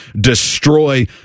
destroy